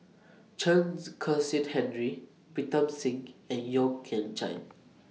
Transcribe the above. Chen Kezhan Henri Pritam Singh and Yeo Kian Chai